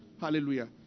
hallelujah